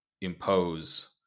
impose